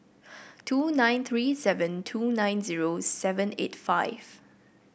two nine three seven two nine zero seven eight five